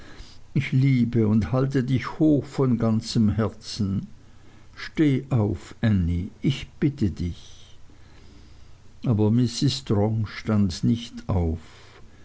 ich liebe und halte dich hoch von ganzem herzen stehe auf ännie ich bitte dich aber mrs strong stand nicht auf